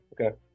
Okay